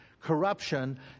corruption